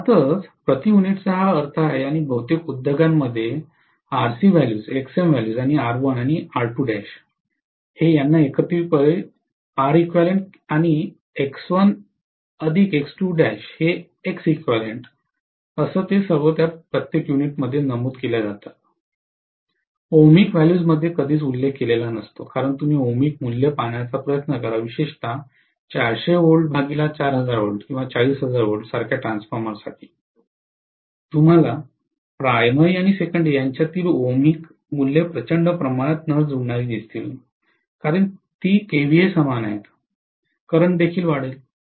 मुळात प्रति युनिटचा हा अर्थ आहे आणि बहुतेक उद्योगांमध्ये RC व्हॅल्यूज XM व्हॅल्यूज आणि R1 आणि एकत्रितपणे Req आणि X1 प्लस हे Xeq सर्व त्या प्रत्येक युनिटमध्ये नमूद केल्या जातात ओहमिक व्हॅल्यूज मध्ये कधीच उल्लेख केलेला नसतो कारण तुम्ही ओमिक मूल्ये पाहण्याचा प्रयत्न करा विशेषत 400 V 4000V किंवा 40000 V सारख्या ट्रान्सफॉर्मरसाठी तुम्हाला प्राथमिक आणि सेकेंडरी यांच्यात ओहमिक मूल्ये प्रचंड प्रमाणात न जुळणारी दिसतील कारण ती केव्हीए समान आहे करंट देखील वाढेल